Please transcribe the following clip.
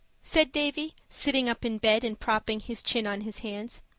said davy, sitting up in bed and propping his chin on his hands,